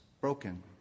broken